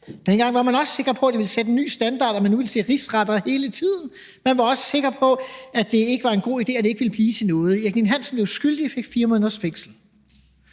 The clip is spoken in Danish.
Dengang var man også sikker på, at det ville sætte nye standarder, og at man nu ville se rigsretter hele tiden; man var også sikker på, at det ikke var en god idé, og at det ikke ville blive til noget. Erik Ninn-Hansen blev kendt skyldig og fik 4 måneders fængsel.